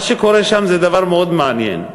מה שקורה שם זה דבר מאוד מעניין: